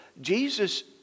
Jesus